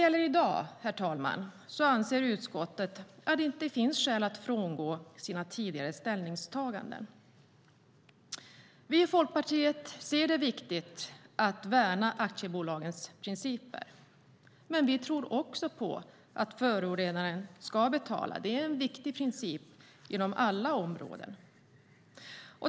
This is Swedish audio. Utskottet anser, herr talman, att det i dag inte finns skäl att frångå de tidigare ställningstagandena. Vi i Folkpartiet anser att det är viktigt att värna aktiebolagslagens principer, men vi anser också att förorenaren ska betala. Det är en viktig princip inom alla områden.